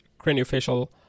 craniofacial